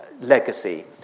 legacy